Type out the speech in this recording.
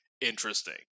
interesting